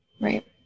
Right